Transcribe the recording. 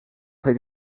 play